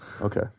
Okay